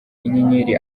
inyenyeri